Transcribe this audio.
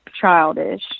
childish